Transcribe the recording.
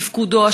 תפקודו,